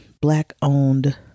black-owned